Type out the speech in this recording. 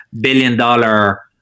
billion-dollar